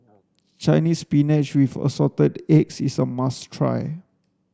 Chinese spinach with assorted eggs is a must try